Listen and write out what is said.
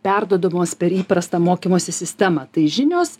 perduodamos per įprastą mokymosi sistemą tai žinios